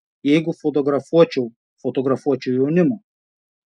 jeigu fotografuočiau fotografuočiau jaunimą